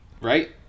right